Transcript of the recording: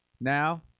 Now